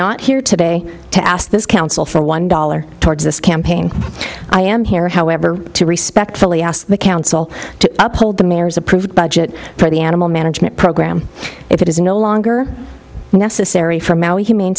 not here today to ask this council for a one dollar towards this campaign i am here however to respectfully ask the council to uphold the mayor's approved budget for the animal management program if it is no longer necessary from our humane